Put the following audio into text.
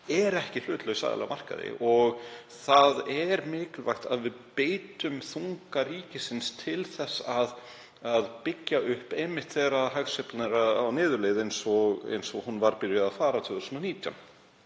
er ekki hlutlaus aðili á markaði. Það er mikilvægt að við beitum þunga ríkisins til þess að byggja upp einmitt þegar hagsveiflan er á niðurleið eins og hún var byrjuð að fara 2019.